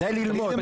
כדאי ללמוד.